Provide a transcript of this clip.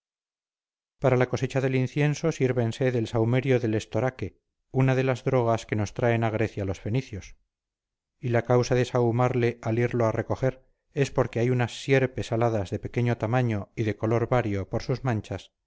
para la cosecha del incienso sírvense del sahumerio del estoraque una de las drogas que nos traen a grecia los fenicios y la causa de sahumarle al irlo a recoger es porque hay unas sierpes aladas de pequeño tamaño y de color vario por sus manchas